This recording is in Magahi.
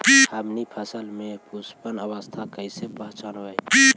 हमनी फसल में पुष्पन अवस्था कईसे पहचनबई?